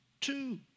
two